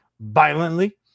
violently